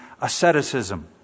asceticism